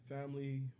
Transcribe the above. Family